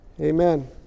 Amen